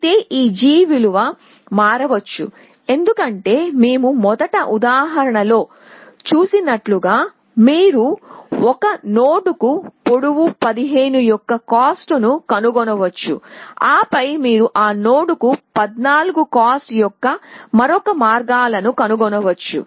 అయితే ఈ g విలువ మారవచ్చు ఎందుకంటే మేము మొదట ఉదాహరణలో చూసినట్లుగా మీరు ఒక నోడ్కు పొడవు 15 యొక్క కాస్ట్ ను కనుగొనవచ్చు ఆపై మీరు ఆ నోడ్కు 14 కాస్ట్ యొక్క మరొక మార్గాలను కనుగొనవచ్చు